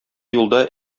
юлда